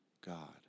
God